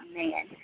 man